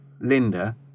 Linda